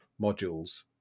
modules